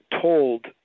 told